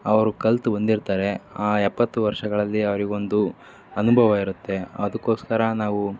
ಅವರು ಕಲ್ತು ಬಂದಿರ್ತಾರೆ ಆ ಎಪ್ಪತ್ತು ವರ್ಷಗಳಲ್ಲಿ ಅವರಿಗೊಂದು ಅನುಭವ ಇರುತ್ತೆ ಅದಕ್ಕೋಸ್ಕರ ನಾವು